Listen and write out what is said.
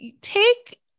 take